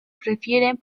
prefieren